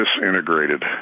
disintegrated